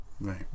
Right